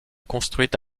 construite